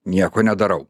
nieko nedarau